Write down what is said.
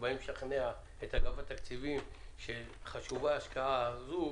שבאים לשכנע את אגף התקציבים שחשובה ההשקעה הזו,